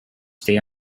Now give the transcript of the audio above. stay